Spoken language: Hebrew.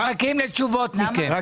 אנחנו מחכים לתשובות מכם.